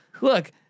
Look